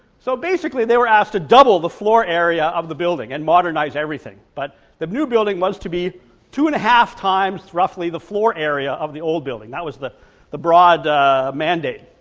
so basically they were asked to double the floor area of the building and modernize everything but the new building was to be two and a half times roughly the floor area of the old building, that was the the broad mandate.